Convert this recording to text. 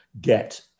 get